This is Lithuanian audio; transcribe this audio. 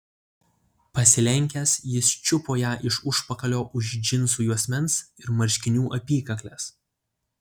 pasilenkęs jis čiupo ją iš užpakalio už džinsų juosmens ir marškinių apykaklės